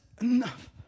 enough